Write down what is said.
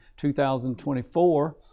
2024